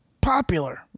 popular